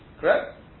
Correct